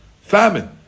famine